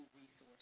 resources